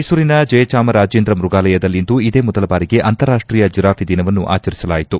ಮೈಸೂರಿನ ಜಯಚಾಮರಾಜೇಂದ್ರ ಮೃಗಾಲಯದಲ್ಲಿಂದು ಇದೇ ಮೊದಲ ಬಾರಿಗೆ ಅಂತಾರಾಷ್ಟೀಯ ಜೀರಾಫೆ ದಿನವನ್ನು ಆಚರಿಸಲಾಯಿತು